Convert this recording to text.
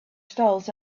stalls